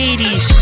80s